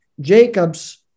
Jacob's